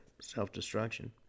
self-destruction